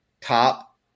top